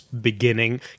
beginning